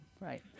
right